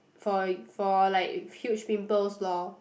for for like huge pimples lor